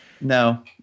No